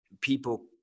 people